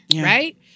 right